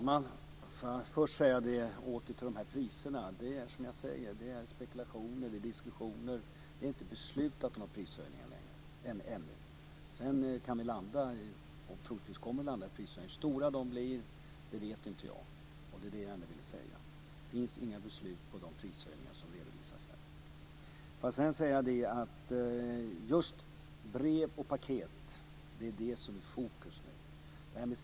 Fru talman! Får jag först säga om priserna att det är spekulationer och diskussioner och att det ännu inte är beslutat om några prishöjningar. Vi kan landa, och kommer troligtvis att landa, på prishöjningar, men hur stora de blir vet inte jag. Det var det jag ville säga. Det finns inga beslut om de prishöjningar som redovisas här. Får jag sedan säga att just brev och paket är det som är i fokus nu.